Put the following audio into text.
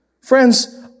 Friends